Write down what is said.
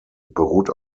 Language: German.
beruht